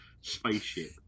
spaceship